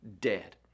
dead